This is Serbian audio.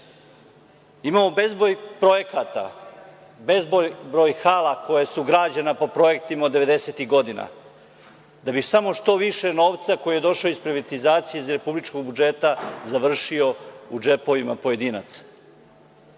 bezbroj projekata, bezbroj hala koje su građene po projektima od devedesetih godina da bi samo što više novca koji je došao iz privatizacije iz republičkog budžeta završio u džepovima pojedinaca.